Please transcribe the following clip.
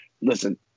listen